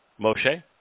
Moshe